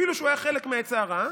אפילו שהוא היה חלק מהעצה הרעה,